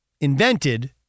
invented